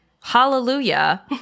Hallelujah